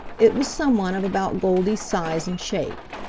it was some one of about goldy's size and shape.